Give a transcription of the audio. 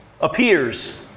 appears